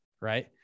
right